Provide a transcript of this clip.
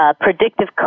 predictive